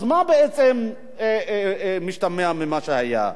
אז מה בעצם משתמע ממה שהיה?